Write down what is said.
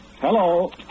Hello